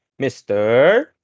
Mr